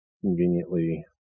conveniently